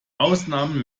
ausnahmen